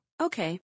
Okay